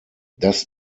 das